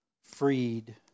freed